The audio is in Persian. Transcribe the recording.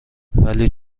ولی